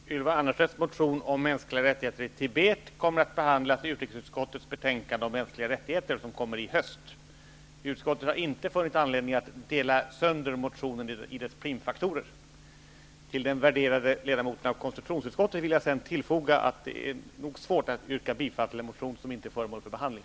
Herr talman! Ylva Annerstedts motion om mänskliga rättigheter i Tibet kommer att behandlas i utrikesutskottets betänkande om mänskliga rättigheter som kommer i höst. Utskottet har inte funnit anledning att dela sönder motionen i sina primfaktorer. Till den värderade ledamoten av konstitutionsutskottet vill jag tillägga att det är svårt att tillstyrka en motion som inte är föremål för behandling.